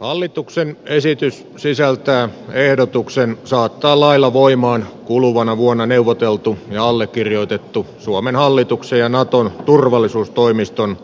hallituksen esitys sisältää ehdotuksen saattaa lailla voimaan kuluvana vuonna neuvoteltu ja allekirjoitettu suomen hallituksen ja naton turvallisuustoimiston